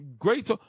Great